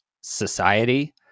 society